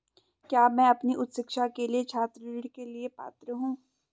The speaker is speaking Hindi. क्या मैं अपनी उच्च शिक्षा के लिए छात्र ऋण के लिए पात्र हूँ?